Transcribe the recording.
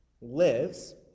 lives